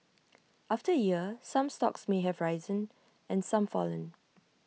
after A year some stocks may have risen and some fallen